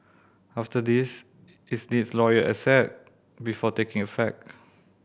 after this it's needs royal assent before taking effect